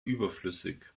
überflüssig